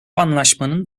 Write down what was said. anlaşmanın